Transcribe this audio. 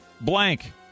blank